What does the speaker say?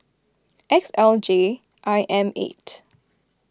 X L J I M eight